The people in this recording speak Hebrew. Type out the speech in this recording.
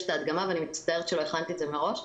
את ההדגמה ואני מצטערת שלא הכנתי את זה מראש.